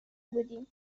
بودیم